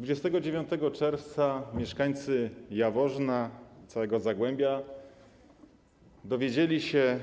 29 czerwca mieszkańcy Jaworzna i całego Zagłębia dowiedzieli się